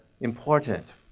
important